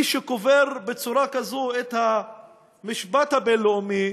מי שקובר בצורה כזו את המשפט הבין-לאומי